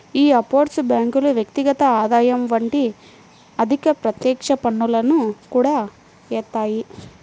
యీ ఆఫ్షోర్ బ్యేంకులు వ్యక్తిగత ఆదాయం వంటి అధిక ప్రత్యక్ష పన్నులను కూడా యేత్తాయి